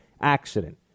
accident